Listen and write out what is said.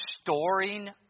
storing